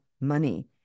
money